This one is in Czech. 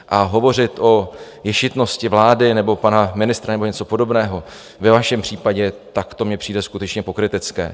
A hovořit o ješitnosti vlády nebo pana ministra nebo něco podobného ve vašem případě, to mi přijde skutečně pokrytecké.